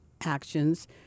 actions